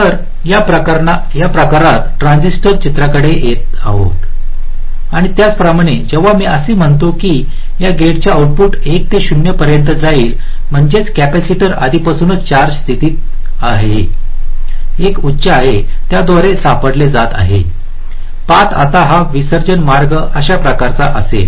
तर या प्रकारात ट्रांझिस्टर चित्राकडे येत आहे आणि त्याचप्रमाणे जेव्हा मी असे म्हणतो की या गेटचे आउटपुट 1 ते 0 पर्यंत जाईल म्हणजेच कॅपेसिटर आधीपासून चार्ज स्थितीत मध्ये होता 1 उच्च आहे त्याद्वारे सोडले जात आहे पाथ आता हा विसर्जन मार्ग अशा प्रकारचा असेल